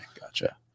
Gotcha